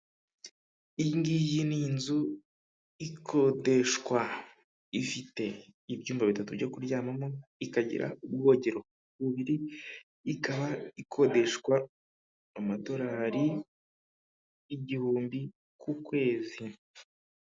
Iyi ngiyi ni inzu ikodeshwa ifite ibyumba bitatu byo kuryamamo, ikagira ubwogero bubiri ikaba ikodeshwa amadolari igihumbi ku kwezi.